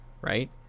right